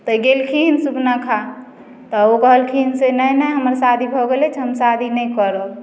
तऽ गेलखिन सुर्पनखा तऽ ओ कहलखिन से नहि नहि हमर शादी भऽ गेल अछि हम शादी नहि करब